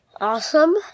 Awesome